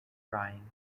drying